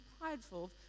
prideful